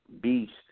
beast